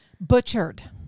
Butchered